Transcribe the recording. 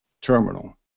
terminal